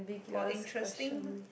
for interesting